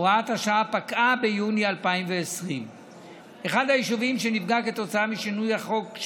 הוראת השעה פקעה ביוני 2020. אחד היישובים שנפגעו משינוי החוק,